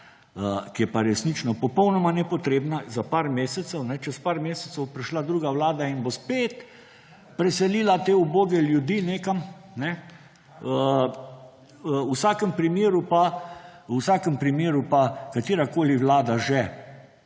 ki je pa resnično popolnoma nepotrebna, za par mesecev, kajne, čez par mesecev bo prišla druga Vlada in bo spet preselila te uboge ljudi nekam, v vsakem primeru pa, katerakoli Vlada že,